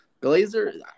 Glazer